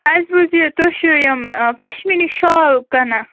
اَسہِ بوٗز یہِ تُہۍ چھِو یِم پَشمیٖنٕک شال کٕنان